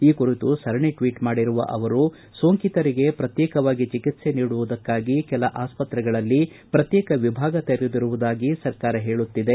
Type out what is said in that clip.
ಈ ಕುರಿತು ಸರಣಿ ಟ್ವೀಟ್ ಮಾಡಿರುವ ಅವರು ಸೋಂಕಿತರಿಗೆ ಪ್ರಕ್ಶೇಕವಾಗಿ ಚಿಕಿತ್ಸೆ ನೀಡುವುದಕ್ಕಾಗಿ ಕೆಲ ಆಸ್ತ್ರೆಗಳಲ್ಲಿ ಪ್ರಕ್ಶೇಕ ವಿಭಾಗ ತೆರೆದಿರುವುದಾಗಿ ಸರ್ಕಾರ ಹೇಳುತ್ತಿದೆ